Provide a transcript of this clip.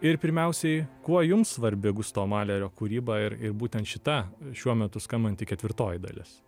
ir pirmiausiai kuo jums svarbi gustavo malerio kūryba ir ir būtent šita šiuo metu skambanti ketvirtoji dalis